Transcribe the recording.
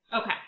Okay